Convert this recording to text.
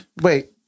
wait